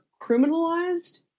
criminalized